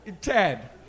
Ted